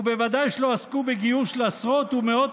ובוודאי שלא עסקו בגיור של עשרות ומאות